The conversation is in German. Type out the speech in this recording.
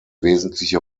wesentliche